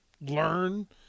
learn